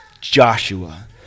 Joshua